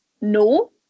no